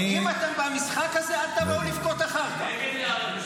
אם אתם במשחק הזה, אחר כך אל תבואו לבכות.